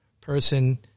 person